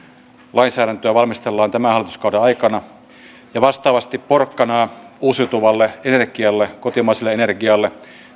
lainsäädäntöä valmistellaan tämän hallituskauden aikana ja vastaavasti porkkanaa uusiutuvalle energialle kotimaiselle energialle